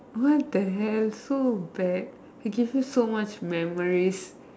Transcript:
what the hell so bad I give you so much memories